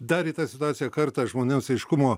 dar į tą situaciją kartą žmonėms aiškumo